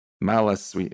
malice